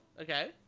Okay